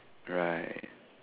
right